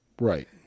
Right